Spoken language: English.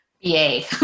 Yay